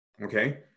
Okay